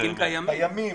קיימים